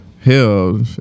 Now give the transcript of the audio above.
hell